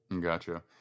Gotcha